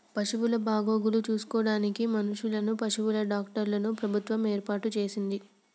పశువుల బాగోగులు చూసుకోడానికి మనుషులను, పశువుల డాక్టర్లను ప్రభుత్వం ఏర్పాటు చేస్తది